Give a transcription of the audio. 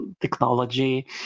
technology